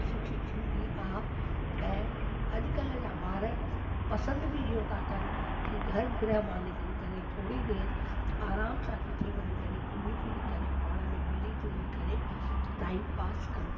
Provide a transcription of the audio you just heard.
सुठी थींदा आहे ऐं अॼुकल्हि जा ॿार पसंदि बि इहो ता कनि की घर गृह मां निकिरी करे थोड़ी देरि आरामु सां किथे वञी करे घुमी फिरी करे पाण में मिली जुली करे टाइम पास कनि